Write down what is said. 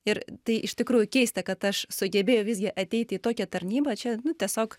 ir tai iš tikrųjų keista kad aš sugebėjau visgi ateiti į tokią tarnybą čia nu tiesiog